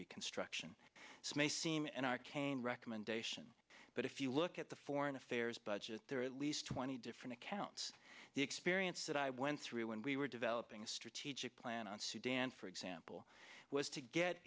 reconstruction so may seem an arcane recommendation but if you look at the foreign affairs budget there are at least twenty different accounts the experience that i went through when we were developing a strategic plan on sudan for example was to get